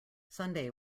sunday